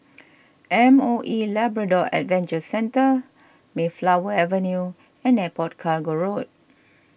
M O E Labrador Adventure Centre Mayflower Avenue and Airport Cargo Road